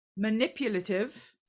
manipulative